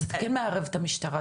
אז מי מערב את המשטרה?